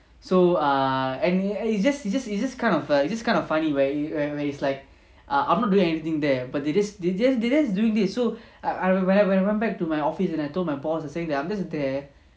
so err any it's just it's just it's just kind of err it's just kind of funny where where it's like err I'm not doing anything there but they just they just doing this so I when I when I went back to my office and I told my boss saying that I'm just there